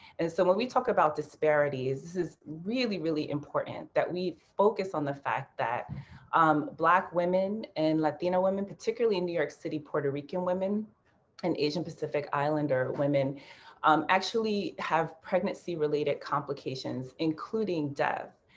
and so when we talk about disparities, this is really, really important that we focus on the fact that um black women and latina women particularly in new york city, puerto rican women and asian pacific islander women um actually have pregnancy related complications, including deaths,